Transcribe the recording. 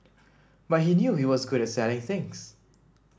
but he knew he was good at selling things